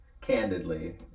candidly